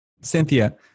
Cynthia